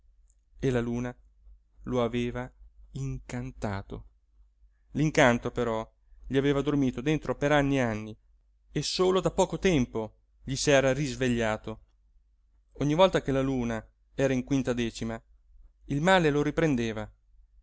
e la luna lo aveva incantato l'incanto però gli aveva dormito dentro per anni e anni e solo da poco tempo gli s'era risvegliato ogni volta che la luna era in quintadecima il male lo riprendeva